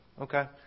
Okay